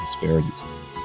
disparities